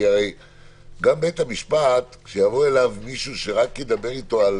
הרי גם בית המשפט כשיבוא אליו מישהו שידבר איתו רק על